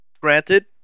granted